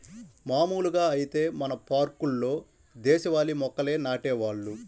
మాములుగా ఐతే మన పార్కుల్లో దేశవాళీ మొక్కల్నే నాటేవాళ్ళు